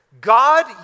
God